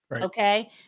Okay